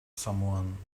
someone